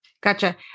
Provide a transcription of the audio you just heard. Gotcha